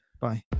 Bye